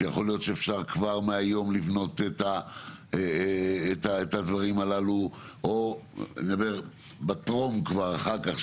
שיכול להיות שאפשר כבר מהיום לבנות את הדברים הללו או בטרום כבר אחר כך,